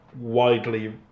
widely